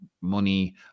money